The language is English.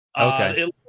Okay